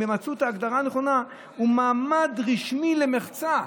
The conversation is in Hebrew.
הם מצאו את ההגדרה הנכונה: מעמד רשמי למחצה.